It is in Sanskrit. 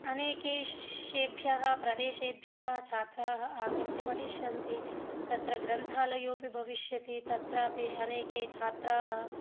अनेकेषेभ्यः प्रदेशेभ्यः छात्राः आगत्य पठिष्यन्ति तत्र ग्रन्थालयोऽपि भविष्यति तत्रापि अनेके छात्राः